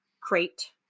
crate